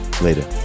later